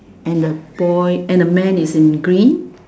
and the boy and the man is in green